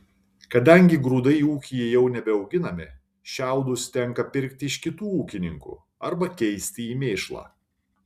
kadangi grūdai ūkyje jau nebeauginami šiaudus tenka pirkti iš kitų ūkininkų arba keisti į mėšlą